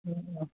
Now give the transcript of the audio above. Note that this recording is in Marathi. हा